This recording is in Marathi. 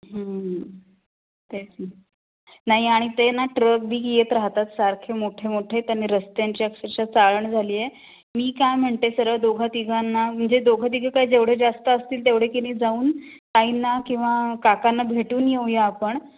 तेच ना नाही आणि ते ना ट्रक बीक येत राहतात सारखे मोठे मोठे त्यांनी रस्त्यांची अक्षरशः चाळण झाली आहे मी काय म्हणते सरळ दोघा तिघांना म्हणजे दोघं तिघं काय जेवढे जास्त असतील तेवढे की नाही जाऊन काहींना किंवा काकांना भेटून येऊया आपण